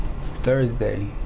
Thursday